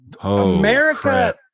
America